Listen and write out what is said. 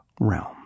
realm